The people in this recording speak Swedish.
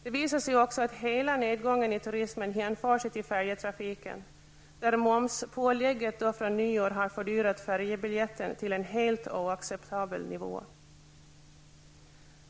Det visar sig också att hela nedgången i turismen hänför sig till färjetrafiken där momspålägget från nyår har fördyrat färjebiljetten till en helt oacceptabel nivå.